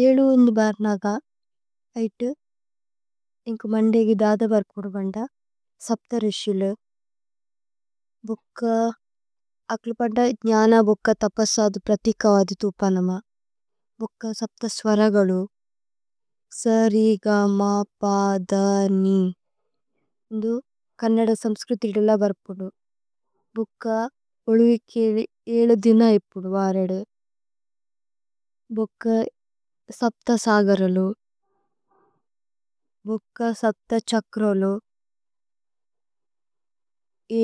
ഏലു വേന്ദു ബര്നക, ഐത്തു ഏകുമന്ദേ ഘി ദദ ബര്കുദു വന്ദ സപ്ത രിശിലു। ഭുക്ക അക്ലുപന്ദ ജന ബുക്ക തപസദു പ്രഥിക വദി ഥുപനമ। ഭുക്ക സപ്ത സ്വരഗലു। സരി ഗമ പ ധ നി। ഇന്ദു കന്ന ദ സമ്സ്ക്രുഥി ദില്ല ബര്കുദു। ഭുക്ക ഉലുവികേലി ഏലു ധിന ഇപുദു വരദു। ഭുക്ക സപ്ത സഗരലു। ഭുക്ക സപ്ത ഛക്രലു।